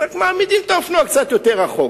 רק מעמידים את האופנוע קצת יותר רחוק.